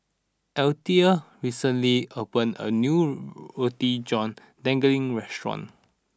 Alethea recently opened a new Roti John Daging restaurant